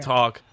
Talk